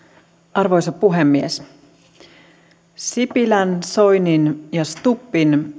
arvoisa puhemies sipilän soinin ja stubbin